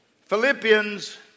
Philippians